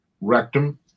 rectum